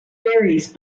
varies